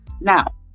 Now